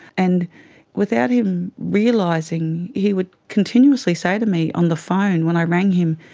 and without him realising he would continuously say to me on the phone when i rang him,